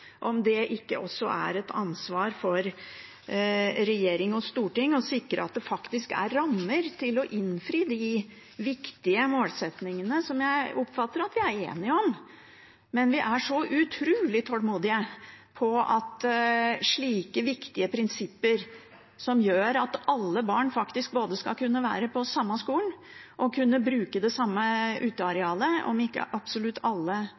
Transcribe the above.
det ikke også et ansvar for regjering og storting å sikre at det faktisk er rammer til å innfri de viktige målsettingene som jeg oppfatter at vi er enige om? Men vi er så utrolig tålmodige når det gjelder slike viktige prinsipper som gjør at alle barn faktisk både skal kunne være på samme skolen og kunne bruke det samme utearealet – om ikke absolutt alle